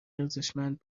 ارزشمند